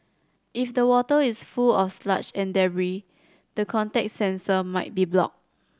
if the water is full of sludge and the contact sensor might be blocked